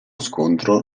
scontro